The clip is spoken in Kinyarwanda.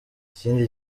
ikindi